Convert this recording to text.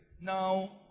Now